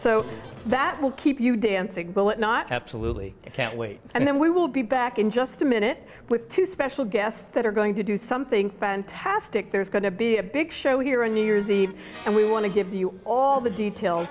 so that will keep you dancing but not absolutely can't wait and then we will be back in just a minute with two special guests that are going to do something fantastic there's going to be a big show here on new year's eve and we want to give you all the details